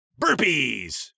Burpees